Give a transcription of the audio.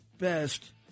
best